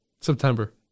September